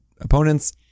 opponents